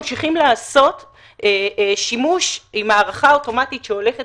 ממשיכים לעשות שימוש עם הארכה אוטומטית שהולכת